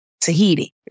Tahiti